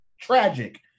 tragic